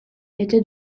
était